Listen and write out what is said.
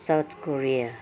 South Korea